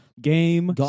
Game